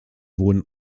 wurden